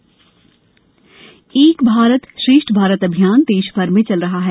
एक भारत श्रेष्ठ भारत एक भारत श्रेष्ठ भारत अभियान देश भर में चल रहा है